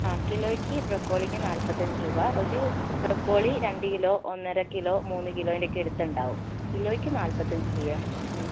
ആ കിലോയ്ക്ക് ബ്രൊക്കോളിക്ക് നാൽപ്പത്തഞ്ച് രൂപ ഒരു ബ്രൊക്കോളി രണ്ട് കിലോ ഒന്നര കിലോ മൂന്ന് കിലോൻ്റെയൊക്കെ അടുത്തുണ്ടാവും കിലോയ്ക്ക് നാല്പത്തഞ്ച് രൂപയാണ്